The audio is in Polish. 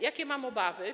Jakie mam obawy?